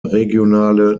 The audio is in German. regionale